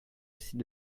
assez